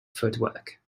footwork